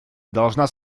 должна